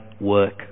work